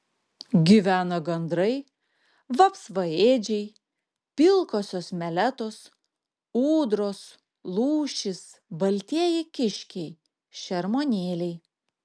gyvena gandrai vapsvaėdžiai pilkosios meletos ūdros lūšys baltieji kiškiai šermuonėliai